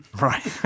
Right